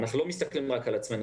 אנחנו לא מסתכלים רק על עצמנו,